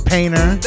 Painter